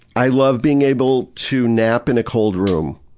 i love being able to nap in a cold room.